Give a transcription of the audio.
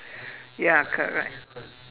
ya correct